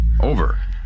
Over